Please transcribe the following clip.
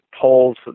polls